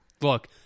Look